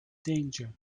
danger